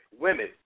women